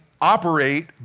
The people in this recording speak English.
operate